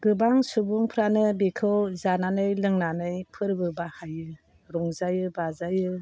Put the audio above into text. गोबां सुबुंफ्रानो बेखौ जानानै लोंनानै फोरबो बाहायो रंजायो बाजायो